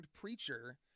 preacher